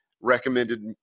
recommended